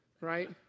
right